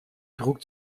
druck